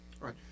right